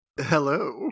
Hello